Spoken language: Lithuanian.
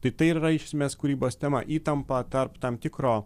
tai tai ir yra iš esmės kūrybos tema įtampa tarp tam tikro